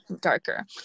darker